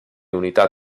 unità